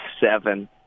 seven